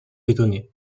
étonné